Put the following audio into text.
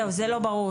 זהו, זה לא ברור.